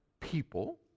people